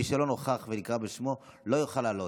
מי שלא נוכח ואקרא בשמו לא יוכל לעלות.